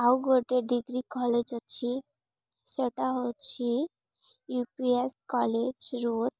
ଆଉ ଗୋଟେ degree college ଅଛି ସେଇଟା ହେଉଛି ୟୁ ପି ଏସ୍ କଲେଜ୍ ରୋଧ